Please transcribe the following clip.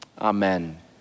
Amen